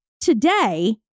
today